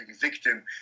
victim